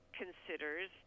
considers